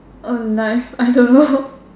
uh nice I don't know